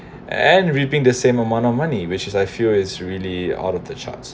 and reaping the same amount of money which is I feel is really out of the charts